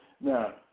Now